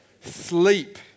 Sleep